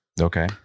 Okay